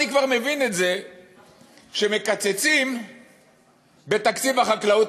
אני כבר מבין את זה שמקצצים בתקציב החקלאות.